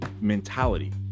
mentality